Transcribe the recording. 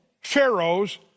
pharaohs